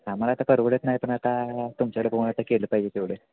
आम्हाला आता परवडत नाही पण आता तुमच्याकडे पाहून आता केलं पाहिजे तेवढे